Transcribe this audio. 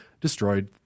destroyed